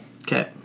Okay